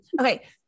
Okay